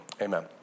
Amen